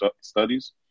studies